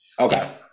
Okay